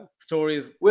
stories